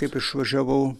kaip išvažiavau